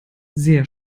sehr